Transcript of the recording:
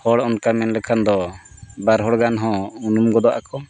ᱦᱚᱲ ᱚᱱᱠᱟ ᱢᱮᱱ ᱞᱮᱠᱷᱟᱱ ᱫᱚ ᱵᱟᱨ ᱦᱚᱲ ᱜᱟᱱ ᱦᱚᱸ ᱩᱱᱩᱢ ᱜᱚᱫᱚᱜ ᱟᱠᱚ